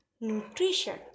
nutrition